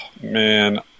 man